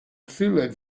filled